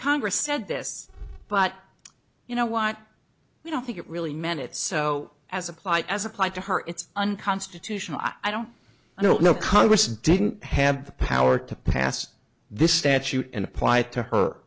congress said this but you know what we don't think it really meant it so as applied as applied to her it's unconstitutional i don't i don't know congress didn't have the power to pass this statute and apply to her